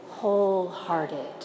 Wholehearted